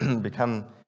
become